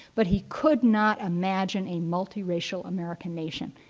but he could not imagine a multiracial american nation.